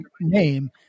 name